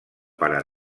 pare